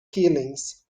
killings